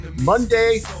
Monday